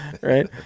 right